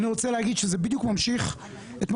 אני רוצה להגיד שזה בדיוק ממשיך את מה